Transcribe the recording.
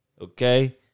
Okay